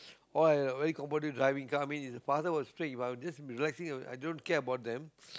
oh I I very comfortable driving so I mean if the father was strict If I was just relaxing i i don't care about them